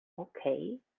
Okay